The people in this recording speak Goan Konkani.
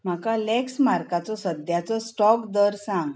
म्हाका लॅक्समार्काचो सद्याचो स्टॉक दर सांग